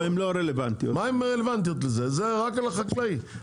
זה רק על החקלאים.